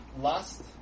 lust